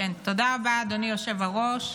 תודה רבה, אדוני היושב-ראש.